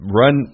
run